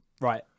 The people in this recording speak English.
right